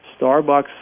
Starbucks